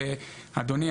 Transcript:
אדוני,